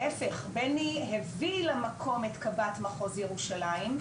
להיפך בני הביא למקום את קב"ט מחוז ירושלים,